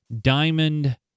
diamond